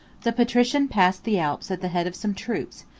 the patrician passed the alps at the head of some troops,